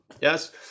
Yes